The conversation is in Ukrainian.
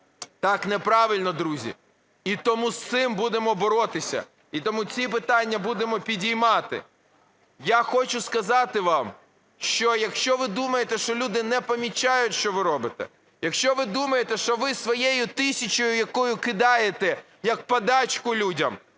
так неправильно, друзі. І тому з цим будемо боротися. І тому ці питання будемо піднімати. Я хочу сказати, що якщо ви думаєте, що люди не помічають, що ви робите, якщо ви думаєте, що ви своєю тисячею, яку кидаєте, як подачку, людям…